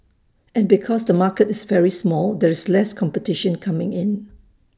and because the market is very small there's less competition coming in